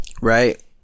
Right